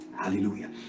hallelujah